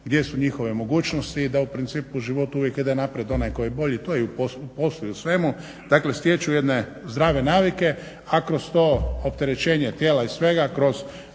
gdje su njihove mogućnosti i da u principu u životu uvijek ide naprijed onaj koji je bolji, to je i u poslu i u svemu. Dakle, stječu jedne zdrave navike, a kroz to opterećenje tijela i svega,